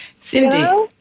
Cindy